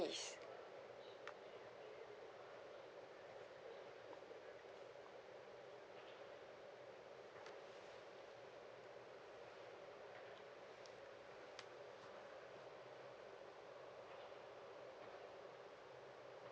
fees